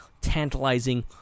tantalizing